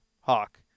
hawk